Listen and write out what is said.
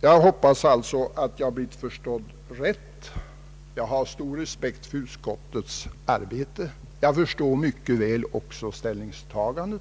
Jag hoppas alltså att jag blivit rätt förstådd. Jag har stor respekt för utskottets arbete och förstår mycket väl utskottets ställningstagande.